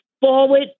forward